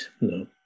No